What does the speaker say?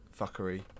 fuckery